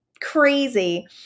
crazy